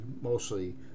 mostly